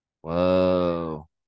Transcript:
Whoa